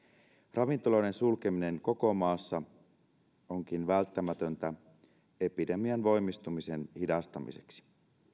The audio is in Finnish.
ravintoloiden sulkeminen koko maassa onkin välttämätöntä epidemian voimistumisen hidastamiseksi